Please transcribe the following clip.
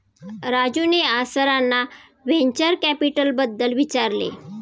राजूने आज सरांना व्हेंचर कॅपिटलबद्दल विचारले